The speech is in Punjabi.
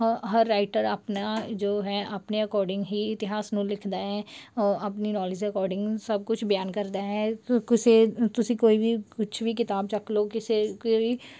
ਹ ਹਰ ਰਾਈਟਰ ਆਪਣਾ ਜੋ ਹੈ ਆਪਣੇ ਅਕੋਰਡਿੰਗ ਹੀ ਇਤਿਹਾਸ ਨੂੰ ਲਿਖਦਾ ਹੈ ਆਪਣੀ ਨੋਲਜ ਅਕੋਰਡਿੰਗ ਸਭ ਕੁਛ ਬਿਆਨ ਕਰਦਾ ਹੈ ਕ ਕਿਸੇ ਤੁਸੀਂ ਕੋਈ ਵੀ ਕੁਛ ਵੀ ਕਿਤਾਬ ਚੱਕ ਲਓ ਕਿਸੇ ਕੋਈ